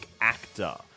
actor